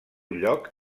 lloc